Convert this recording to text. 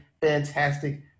fantastic